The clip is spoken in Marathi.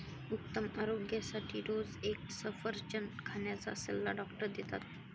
उत्तम आरोग्यासाठी रोज एक सफरचंद खाण्याचा सल्ला डॉक्टर देतात